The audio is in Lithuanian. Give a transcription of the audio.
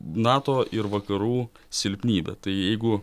nato ir vakarų silpnybė tai jeigu